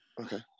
Okay